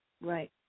Right